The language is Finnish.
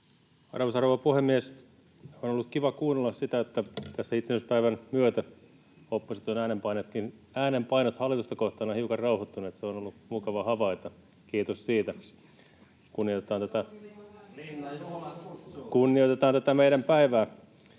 Arvoisa rouva puhemies! On ollut kiva kuunnella sitä, että tässä itsenäisyyspäivän myötä opposition äänenpainot hallitusta kohtaan ovat hiukan rauhoittuneet. Se on ollut mukava havaita, kiitos siitä. [Välihuuto vasemmalta —